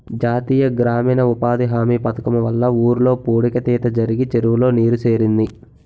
జాతీయ గ్రామీణ ఉపాధి హామీ పధకము వల్ల ఊర్లో పూడిక తీత జరిగి చెరువులో నీరు సేరింది